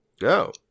Go